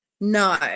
No